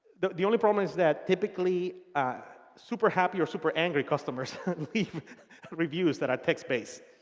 the the only problem is that typically super happy or super angry customers leave reviews that are text based.